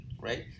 right